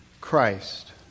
Christ